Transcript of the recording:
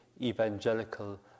evangelical